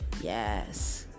Yes